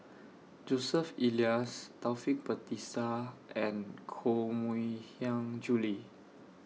Joseph Elias Taufik Batisah and Koh Mui Hiang Julie